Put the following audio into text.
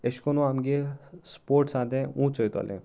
एशें करून आमगे स्पोर्ट्सां आसा तें उंच वोयतोलें